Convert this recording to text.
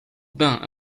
bain